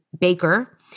baker